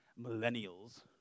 millennials